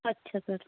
ਅੱਛਾ ਸਰ